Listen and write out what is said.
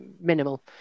minimal